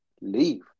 Leave